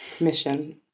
Mission